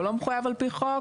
או לא מחויב על פי חוק,